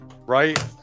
right